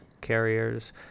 Carriers